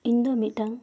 ᱤᱧ ᱫᱚ ᱢᱤᱫᱴᱟᱝ